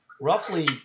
roughly